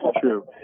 true